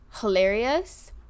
hilarious